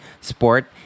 sport